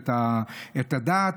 את הדעת.